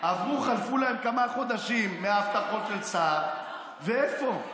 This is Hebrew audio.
עברו-חלפו להם כמה חודשים מההבטחות של סער, ואיפה?